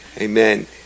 amen